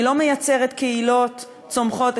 שלא מייצרת קהילות צומחות,